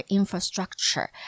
infrastructure